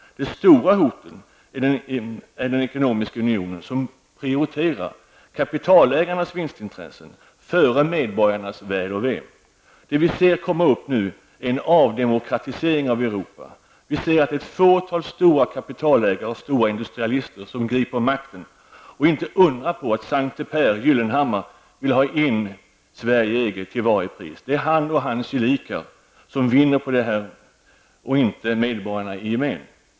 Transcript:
Det stora hotet är den ekonomiska unionen, som prioriterar kapitalägarnas vinstintressen före medborgarnas väl och ve. Det vi nu ser komma är en avdemokratisering av Europa. Det vi ser är att ett fåtal stora kapitalägare och stora industrialister griper makten. Inte undra på att Sankte Pehr Gyllenhammar till varje pris vill ha in Sverige i EG! Det är han och hans gelikar som vinner på detta, inte medborgarna i gemen.